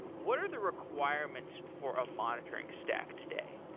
what are the requirements for a monitoring stack today?